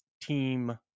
team